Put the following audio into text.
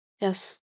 Yes